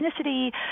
ethnicity